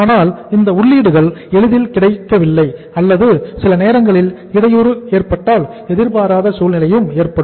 ஆனால் இந்த உள்ளீடுகள் எளிதில் கிடைக்கவில்லை அல்லது சில நேரங்களில் இடையூறு ஏற்பட்டால் எதிர்பாராத சூழ்நிலையும் ஏற்படும்